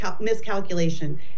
miscalculation